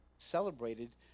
celebrated